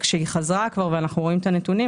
כשהיא חזרה כבר ואנחנו רואים את הנתונים,